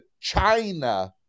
China